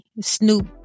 Snoop